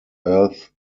earth